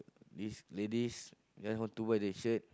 these ladies just want to buy the shirt